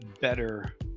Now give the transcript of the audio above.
better